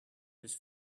this